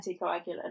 anticoagulant